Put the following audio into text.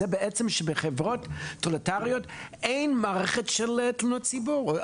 זה בעצם שבחברות טוטליטאריות אין מערכת של תלונות ציבור,